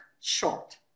short